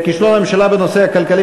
כישלון הממשלה בנושא הכלכלי,